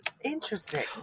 interesting